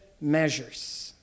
measures